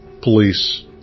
police